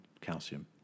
calcium